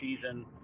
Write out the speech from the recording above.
season